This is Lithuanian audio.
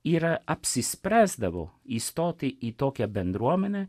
ir apsispręsdavo įstoti į tokią bendruomenę